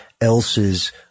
else's